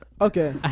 Okay